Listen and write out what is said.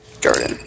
Jordan